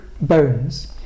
bones